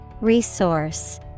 Resource